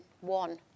one